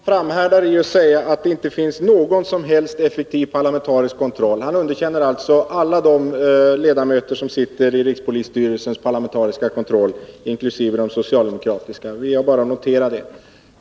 Herr talman! Jörn Svensson framhärdar i att säga att det inte finns någon som helst effektiv parlamentarisk kontroll. Han underkänner alltså de ledamöter som sitter i rikspolisstyrelsens parlamentariska kontroll, inkl. de socialdemokratiska. Jag bara noterar detta.